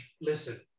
listen